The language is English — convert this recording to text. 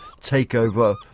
takeover